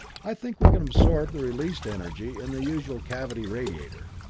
i think we can absorb the released energy in the usual cavity radiator.